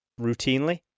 routinely